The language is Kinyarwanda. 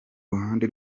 ruhande